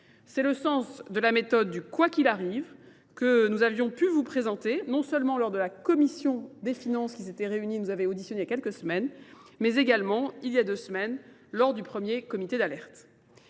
C'est le sens de la méthode du « quoi qu'il arrive » que nous avions pu vous présenter non seulement lors de la Commission des finances qui s'était réunie et nous avait auditionné il y a quelques semaines, mais également il y a deux semaines lors du premier comité d'alerte.